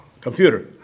computer